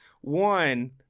One